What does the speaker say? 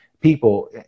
people